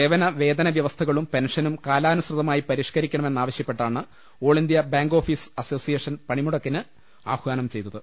സേവന വേതന വൃവസ്ഥകളും പെൻഷനും കാലാനുസൃതമായി പരിഷ്ക്കരിക്കണമെന്ന് ആവശൃപ്പെ ട്ടാണ് all India bank office association പണിമുടക്കിന് ആഹ്വാനം ചെയ്തത്